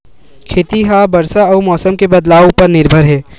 खेती हा बरसा अउ मौसम के बदलाव उपर निर्भर हे